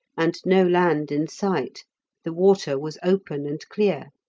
and no land in sight the water was open and clear.